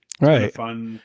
Right